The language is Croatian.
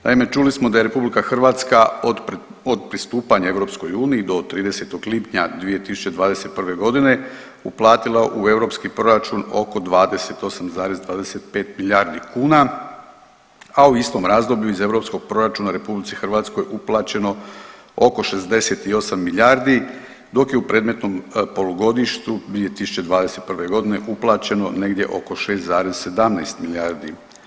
Naime, čuli smo da je RH od pristupanja EU do 30. lipnja '21. godine uplatila u europski proračun oko 28,25 milijardi kuna, a u istom razdoblju iz europskog proračuna RH uplaćeno oko 68 milijardi dok je u predmetnom polugodištu 2021. godine uplaćeno negdje oko 6,17 milijardi.